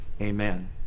Amen